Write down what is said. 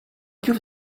più